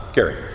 Gary